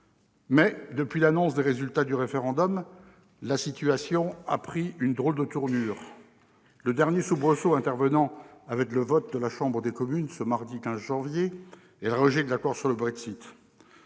Mais, depuis l'annonce des résultats du référendum, la situation a pris une drôle de tournure. Le dernier soubresaut est survenu avec le vote de la Chambre de communes, ce mardi 15 janvier, qui s'est soldé par le rejet de l'accord sur le Brexit.